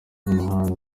umuhanzi